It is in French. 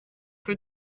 rue